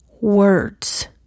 words